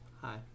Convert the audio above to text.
Hi